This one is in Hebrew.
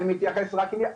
אני מתייחס רק עניינית,